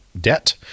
debt